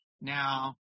Now